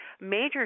major